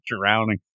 drowning